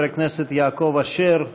חבר הכנסת יעקב אשר,